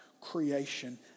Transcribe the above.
creation